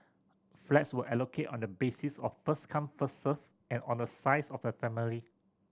flats were allocated on the basis of first come first served and on the size of the family